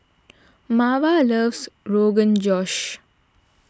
Marva loves Rogan Josh